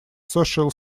social